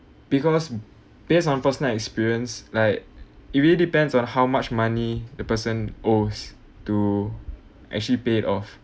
because based on personal experience like it really depends on how much money the person owes to actually paid off